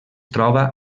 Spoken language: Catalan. troba